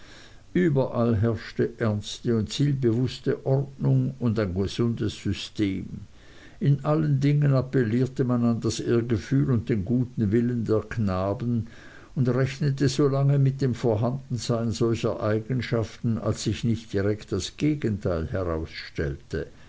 überall herrschte ernste und zielbewußte ordnung und ein gesundes system in allen dingen appellierte man an das ehrgefühl und den guten willen der knaben und rechnete solang mit dem vorhandensein solcher eigenschaften als sich nicht direkt das gegenteil herausstellte